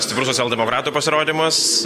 stiprus socialdemokratų pasirodymas